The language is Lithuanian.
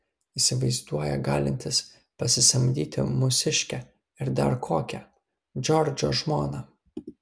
įsivaizduoja galintis pasisamdyti mūsiškę ir dar kokią džordžo žmoną